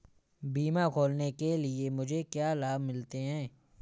बीमा खोलने के लिए मुझे क्या लाभ मिलते हैं?